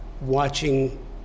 watching